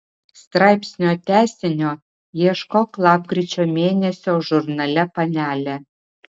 straipsnio tęsinio ieškok lapkričio mėnesio žurnale panelė